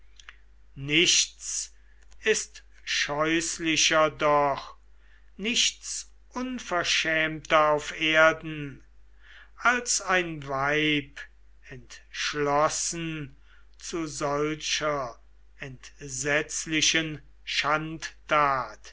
nichts ist scheußlicher doch nichts unverschämter auf erden als ein weib entschlossen zu solcher entsetzlichen